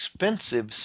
expensive